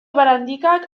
barandikak